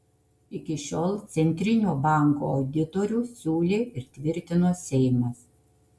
iki šiol centrinio banko auditorių siūlė ir tvirtino seimas